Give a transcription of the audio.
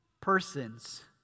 persons